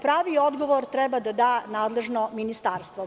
Pravi odgovor treba da da nadležno ministarstvo.